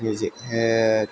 निजे